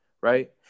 right